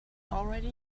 already